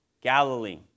Galilee